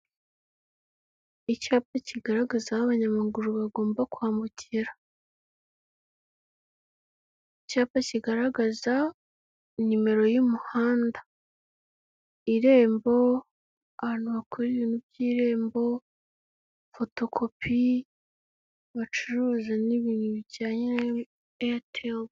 Icyapa kigaragaza aho abanyamaguru bagomba kwambukirira, icyapa kigaragaza nimero y'umuhanda, irembo abantu bakora ibintu by'irembo, foto kopi, bacuruza n'ibintu bijyanye Eyateri.